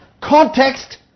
context